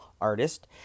Artist